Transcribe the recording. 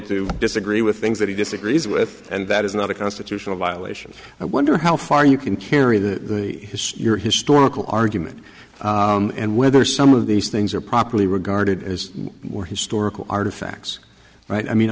to disagree with things that he disagrees with and that is not a constitutional violation i wonder how far you can carry the your historical argument and whether some of these things are properly regarded as more historical artifacts right i mean